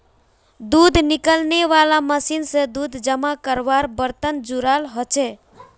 दूध निकालनेवाला मशीन से दूध जमा कारवार बर्तन जुराल होचे